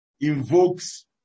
invokes